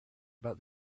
about